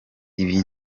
ibi